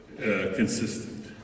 consistent